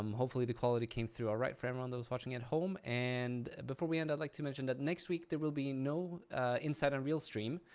um hopefully the quality came through all right for everyone that was watching at home. and before we end i'd like to mention that next week there will be no inside unreal stream.